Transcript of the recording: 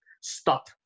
stop